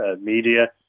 media